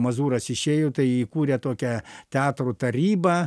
mazūras išėjo tai įkūrę tokią teatro tarybą